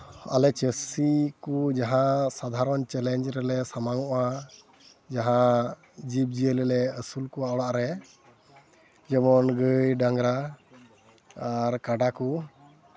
ᱟᱞᱮ ᱪᱟᱹᱥᱤ ᱠᱚ ᱡᱟᱦᱟᱸ ᱥᱟᱫᱷᱨᱚᱱ ᱪᱮᱞᱮᱧᱡᱽ ᱨᱮᱞᱮ ᱥᱟᱢᱟᱝ ᱚᱜᱼᱟ ᱡᱟᱦᱟᱸ ᱡᱤᱵᱽᱼᱡᱤᱭᱟᱹᱞᱤ ᱞᱮ ᱟᱹᱥᱩᱞ ᱠᱚᱣᱟ ᱚᱲᱟᱜ ᱨᱮ ᱡᱮᱢᱚᱱ ᱜᱟᱹᱭ ᱰᱟᱝᱨᱟ ᱟᱨ ᱠᱟᱰᱟ ᱠᱚ